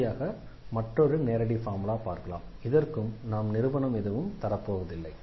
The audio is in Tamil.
இறுதியாக மற்றொரு நேரடி ஃபார்முலாவை பார்க்கலாம் இதற்கும் நாம் நிரூபணம் எதுவும் தரப்போவதில்லை